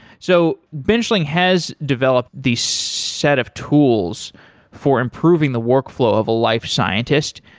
so benchling has developed the set of tools for improving the workflow of a life scientist.